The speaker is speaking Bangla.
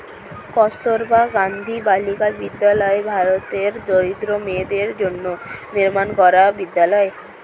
কস্তুরবা গান্ধী বালিকা বিদ্যালয় ভারতের দরিদ্র মেয়েদের জন্য নির্মাণ করা বিদ্যালয়